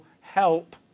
help